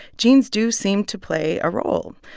genes do seem to play a role.